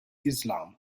islam